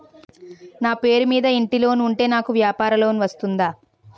నా పేరు మీద ఇంటి లోన్ ఉంటే నాకు వ్యాపార లోన్ వస్తుందా?